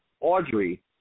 Audrey